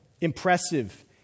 impressive